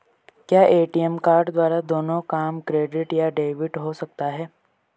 क्या ATM card द्वारा दोनों काम क्रेडिट या डेबिट हो सकता है?